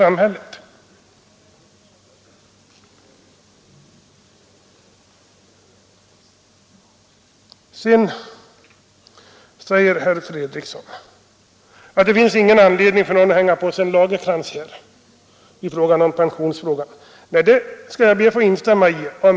Herr Fredriksson säger vidare att det finns ingen anledning för någon att hänga på sig en lagerkrans när det gäller pensionsfrågan. Det skall jag be att få instämma i.